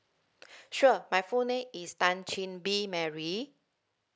sure my full name is tan chin bee mary